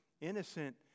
innocent